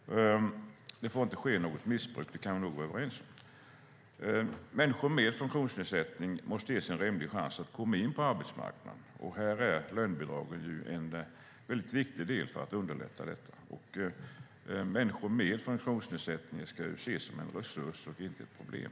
Det får inte ske något missbruk - det kan vi nog vara överens om. Människor med funktionsnedsättning måste ges en rimlig chans att komma in på arbetsmarknaden. Lönebidragen är en viktig del för att underlätta detta. Människor med funktionsnedsättning ska ses som en resurs och inte som ett problem.